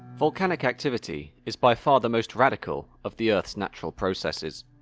volcanic activity is by far the most radical of the earth's natural processes.